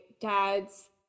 dad's